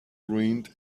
ruined